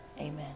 Amen